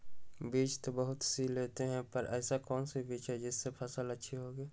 बीज तो बहुत सी लेते हैं पर ऐसी कौन सी बिज जिससे फसल अच्छी होगी?